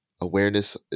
awareness